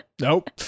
nope